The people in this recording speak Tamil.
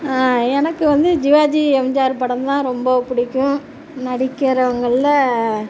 எனக்கு வந்து சிவாஜி எம்ஜிஆர் படந்தான் ரொம்ப பிடிக்கும் நடிக்கிறவுங்களில்